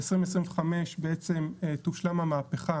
ב-2025 בעצם תושלם המהפכה